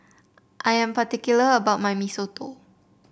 I am particular about my Mee Soto